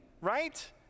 right